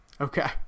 Okay